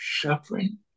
suffering